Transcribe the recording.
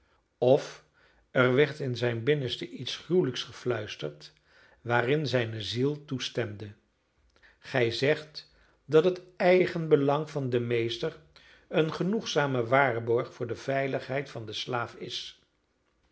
krijgen of er werd in zijn binnenste iets gruwelijks gefluisterd waarin zijne ziel toestemde gij zegt dat het eigenbelang van den meester een genoegzame waarborg voor de veiligheid van den slaaf is